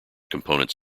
components